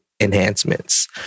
enhancements